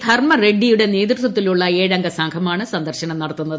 ധർമ്മറെഡ്സിയുടെ നേതൃത്വത്തിലുളള ഏഴംഗ സംഘമാണ് സന്ദർശനം നടത്തുന്നത്